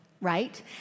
right